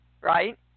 right